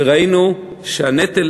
וראינו שהנטל